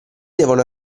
devono